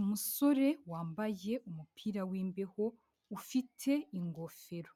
Umusore wambaye umupira w'imbeho ufite ingofero